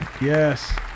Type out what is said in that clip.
yes